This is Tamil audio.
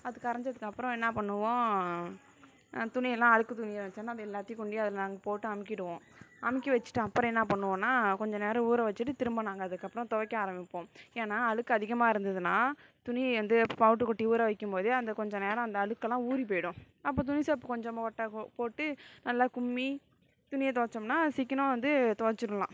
அது கரைஞ்சதுக்கு அப்புறம் என்ன பண்ணுவோம் துணியெல்லாம் அழுக்கு துணியாக இருந்துச்சுனா அது எல்லாத்தையும் கொண்டு அதில் நாங்கள் போட்டு அமுக்கிவிடுவோம் அமுக்கி வச்சுட்டு அப்புறம் என்ன பண்ணுவோம்னால் கொஞ்சம் நேரம் ஊற வச்சுட்டு திரும்ப நாங்கள் அதுக்கப்புறம் துவைக்க ஆரமிப்போம் ஏன்னால் அழுக்கு அதிகமாக இருந்ததுனால் துணியை வந்து பவுடரு கொட்டி ஊற வைக்கும் போது அந்த கொஞ்ச நேரம் அந்த அழுக்கெல்லாம் ஊறி போய்விடும் அப்போ துணி சோப்பு கொஞ்சம் போட்டால் போட்டு நல்லா கும்மி துணியை துவைச்சோம்னா அது சீக்கரம் வந்து துவைச்சிரலாம்